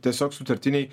tiesiog sutartiniai